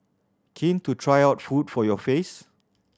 keen to try out food for your face